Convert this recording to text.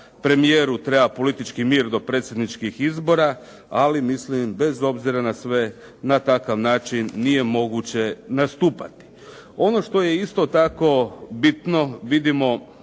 premijeru treba politički mir do predsjedničkih izbora, ali mislim bez obzira na sve na takav način nije moguće nastupati. Ono što je isto tako bitno, vidimo